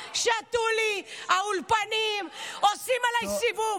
אכלו לי, שתו לי, האולפנים עושים עליי סיבוב.